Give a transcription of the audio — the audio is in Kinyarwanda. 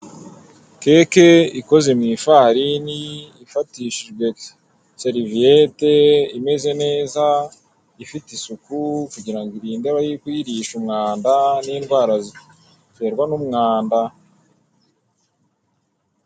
Cake ikoze mu ifarini ifatishijwe seriviete imeze neza ifite isuku kugira ngo iririnde aba amahirwe kuyirisha umwanda n'indwara ziterwa n'umwanda.